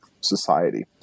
society